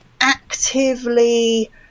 actively